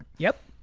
yep,